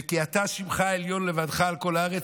וכי אתה, שמך העליון לבדך על כל הארץ.